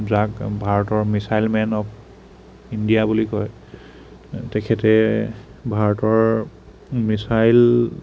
যাক ভাৰতৰ missile man of India বুলি কয় তেখেতে ভাৰতৰ মিছাইল